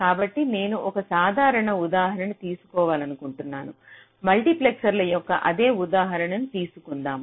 కాబట్టి నేను ఒక సాధారణ ఉదాహరణ తీసుకోవాలనుకుంటున్నాను మల్టీప్లెక్సర్ యొక్క అదే ఉదాహరణను తీసుకుందాము